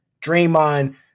Draymond